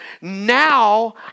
now